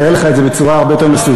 אראה לך את זה בצורה הרבה יותר מסודרת.